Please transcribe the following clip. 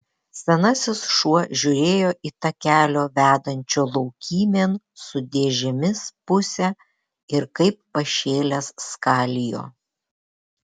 senasis šuo žiūrėjo į takelio vedančio laukymėn su dėžėmis pusę ir kaip pašėlęs skalijo